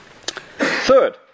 Third